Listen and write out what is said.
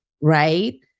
right